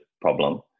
problem